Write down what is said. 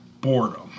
boredom